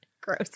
Gross